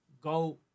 go